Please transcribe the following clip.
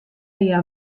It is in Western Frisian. hja